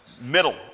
Middle